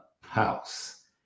house